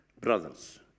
Brothers